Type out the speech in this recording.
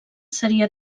seria